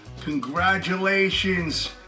congratulations